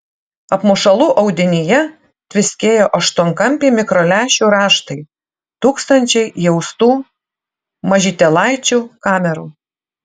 apmušalų audinyje tviskėjo aštuonkampiai mikrolęšių raštai tūkstančiai įaustų mažytėlaičių kamerų